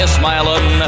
smiling